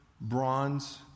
bronze